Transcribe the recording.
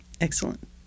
Excellent